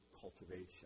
cultivation